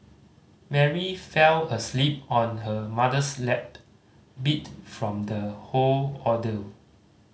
Mary fell asleep on her mother's lap beat from the whole ordeal